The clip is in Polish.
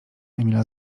emila